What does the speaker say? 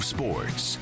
Sports